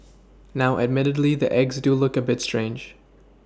now admittedly the eggs do look a bit strange